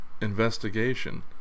Investigation